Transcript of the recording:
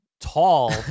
tall